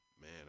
man